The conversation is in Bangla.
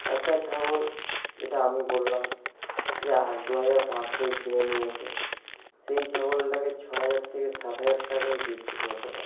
একটা ছাগল যেটা আমি বললাম যে আর দুহাজার পাঁচশোয় কিনে নিয়ে এসে সেই ছাগলটাকে ছহাজার থেকে সাত হাজার টাকায় বিক্রি করতে পারবে